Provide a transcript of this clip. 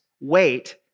Wait